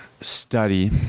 study